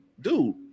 dude